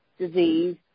disease